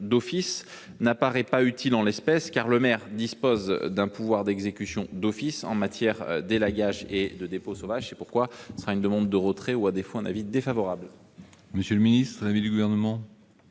d'office n'apparaît pas utile en l'espèce, car le maire dispose d'un pouvoir d'exécution d'office en matière d'élagage et de dépôts sauvages. C'est pourquoi la commission formule une demande de retrait. À défaut, l'avis serait défavorable.